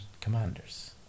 Commanders